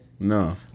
No